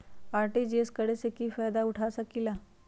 RTGS करे से की फायदा उठा सकीला?